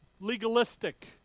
Legalistic